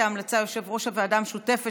יציג את ההמלצה יושב-ראש הוועדה המשותפת